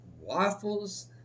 waffles